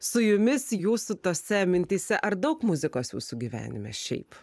su jumis jūsų tose mintyse ar daug muzikos jūsų gyvenime šiaip